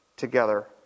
together